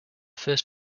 first